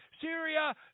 Syria